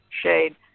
shade